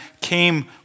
came